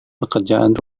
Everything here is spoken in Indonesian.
pekerjaan